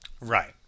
Right